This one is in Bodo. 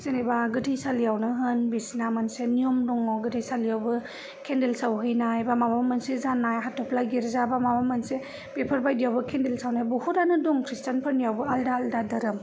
जेनोबा गोथै सालियावनो होन बिसिना मोनसे नियम दङ गोथै सालियावबो केनदेल सावहैनाय बा माबा मोनसे जानाय हाथबफ्ला गिर्जा बा माबा मोनसे बेफोरबायदियावबो केनदेल सावनाय बहुद दं खृीष्टानफोरनियावबो आलदा आलदा धोरोम